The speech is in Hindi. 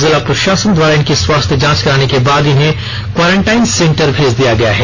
जिला प्रशासन द्वारा इनका स्वास्थ्य जांच कराने के बाद उन्हें क्वॉरनटाइन सेंटर भेज दिया गया है